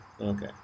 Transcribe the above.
Okay